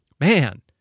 Man